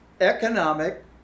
economic